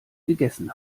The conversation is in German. gegessen